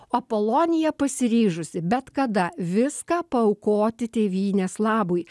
apolonija pasiryžusi bet kada viską paaukoti tėvynės labui